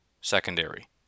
secondary